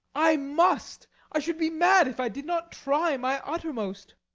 i must i should be mad if i did not try my uttermost.